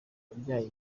yabyaye